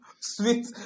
sweet